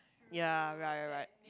ya right right right